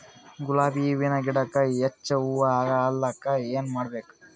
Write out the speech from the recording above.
ಗುಲಾಬಿ ಹೂವಿನ ಗಿಡಕ್ಕ ಹೆಚ್ಚ ಹೂವಾ ಆಲಕ ಏನ ಮಾಡಬೇಕು?